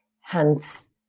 Hence